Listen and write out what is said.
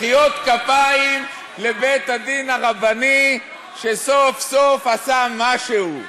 מחיאות כפיים לבית-הדין הרבני, שסוף-סוף עשה משהו.